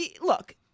look